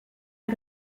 est